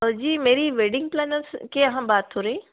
जी मेरी wedding planner के यहाँ बात हो रही